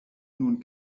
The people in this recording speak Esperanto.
nun